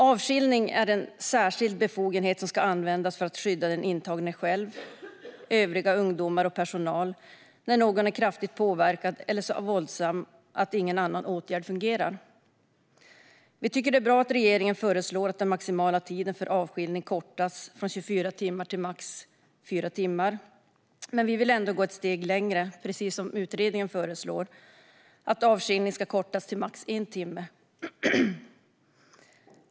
Avskiljning är en särskild befogenhet som ska användas för att skydda den intagne själv, övriga ungdomar och personal när någon är kraftigt påverkad eller så våldsam att ingen annan åtgärd fungerar. Vi tycker att det är bra att regeringen föreslår att den maximala tiden för avskiljning kortas från 24 timmar till fyra timmar. Men vi vill ändå gå ett steg längre, precis som utredningen, och föreslår att avskiljningen ska kortas till max en timme.